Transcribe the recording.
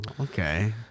okay